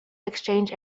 exchanged